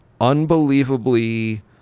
unbelievably